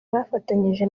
bafatanije